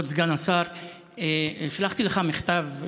כבוד סגן השר, שלחתי לך מכתב,